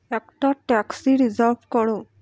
একটা taxi reserve করো